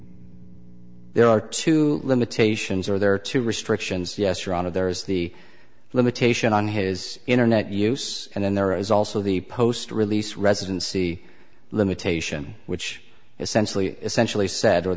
there are two limitations or there are two restrictions yes or on of there is the limitation on his internet use and then there is also the post release residency limitation which essentially essentially said